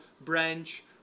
branch